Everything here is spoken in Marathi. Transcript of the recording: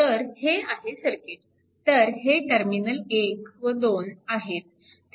तर हे आहे सर्किट तर हे टर्मिनल 1 व 2 आहेत